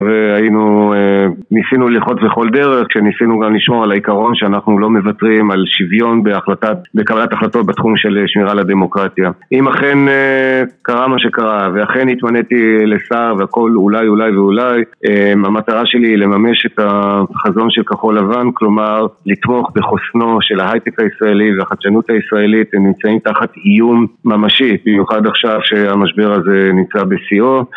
והיינו ניסינו ללחוץ בכל דרך כשניסינו גם לשמור על העיקרון שאנחנו לא מוותרים על שוויון בקבלת החלטות בתחום של שמירה על הדמוקרטיה. אם אכן קרה מה שקרה ואכן התמניתי לשר והכל אולי אולי ואולי, המטרה שלי היא לממש את החזון של כחול לבן, כלומר לתמוך בחוסנו של ההייטק הישראלי והחדשנות הישראלית, הם נמצאים תחת איום ממשי, במיוחד עכשיו שהמשבר הזה נמצא בשיאו